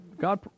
God